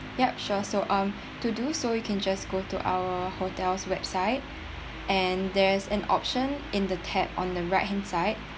ya sure so um to do so you can just go to our hotel's website and there's an option in the tap on the right hand side